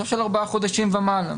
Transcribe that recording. אפשר לומר ארבעה חודשים ומעלה.